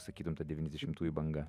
sakytum ta devyniasdešimtųjų banga